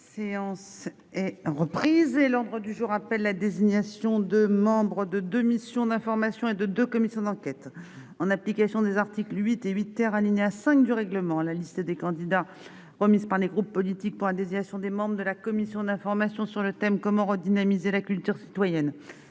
La séance est reprise. L'ordre du jour appelle la désignation des membres d'une mission d'information et de deux commissions d'enquête. En application des articles 8 et 8 , alinéa 5, du règlement, les listes des candidats remises par les groupes politiques pour la désignation des membres de la mission d'information sur le thème « Comment redynamiser la culture citoyenne ?